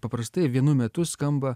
paprastai vienu metu skamba